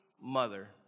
mother